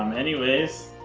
um anyways.